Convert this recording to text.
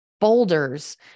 boulders